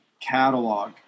catalog